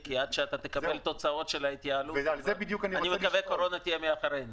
כי עד שתקבל תוצאות של ההתייעלות אני מקווה שהקורונה תהיה מאחורינו.